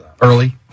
early